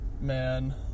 man